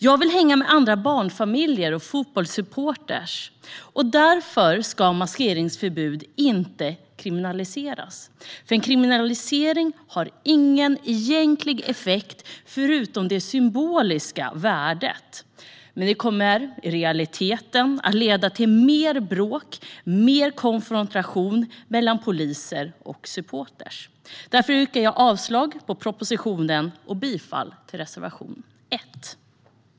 Jag vill hänga med andra barnfamiljer och fotbollssupportrar. Maskering ska inte kriminaliseras, för en kriminalisering har ingen egentlig effekt förutom det symboliska värdet. I realiteten kommer det att leda till mer bråk och mer konfrontation mellan polis och supportrar. Därför yrkar jag avslag på propositionen och bifall till reservation 1.